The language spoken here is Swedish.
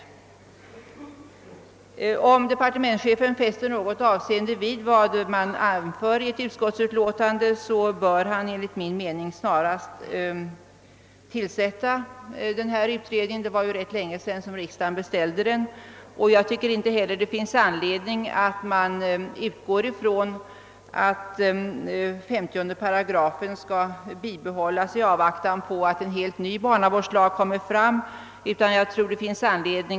Om departementschefen fäster något avseende vid vad som skrives i ett utskottsutlåtande, bör han enligt min mening snarast tillsätta den föreslagna utredningen. Det var ju ganska länge sedan riksdagen beställde den. Jag tycker inte heller det finns anledning att bibehålla 50 § ända till dess en helt ny barnavårdslag kan antagas.